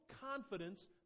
confidence